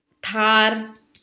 Thar